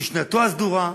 משנתו הסדורה,